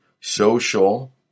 social